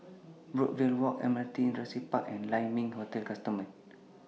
Brookvale Walk Admiralty Industrial Park and Lai Ming Hotel customer